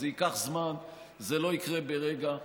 זה ייקח זמן, זה לא יקרה ברגע.